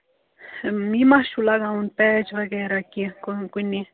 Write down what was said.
یہِ ما چھُ لگاوُن پیچ وغیرہ کیٚنٛہہ کُنہِ